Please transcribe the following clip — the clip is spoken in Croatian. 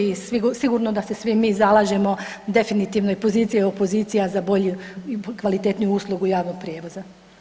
I sigurno da se svi mi zalažemo definitivno i pozicija i opozicija za bolju i kvalitetniju uslugu javnog prijevoza.